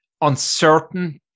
uncertain